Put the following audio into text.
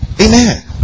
Amen